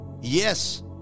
Yes